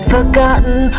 Forgotten